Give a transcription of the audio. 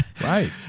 right